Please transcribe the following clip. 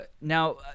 Now